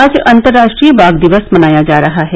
आज अंतर्राष्ट्रीय बाघ दिवस मनाया जा रहा है